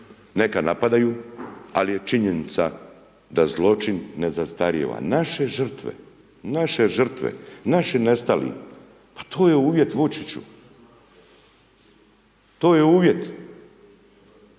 neka napadaju, ali je činjenica da zločin ne zastarjeva. Naše žrtve, naše žrtve, naši nestali, pa to je uvjet Vučiću, to je uvjet.